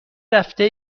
رفته